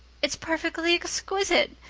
it's perfectly exquisite.